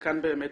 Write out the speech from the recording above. וכאן באמת,